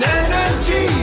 energy